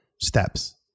steps